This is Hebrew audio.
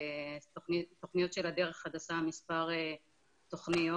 התוכניות של 'הדרך החדשה' מספר תוכניות,